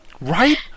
Right